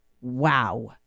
Wow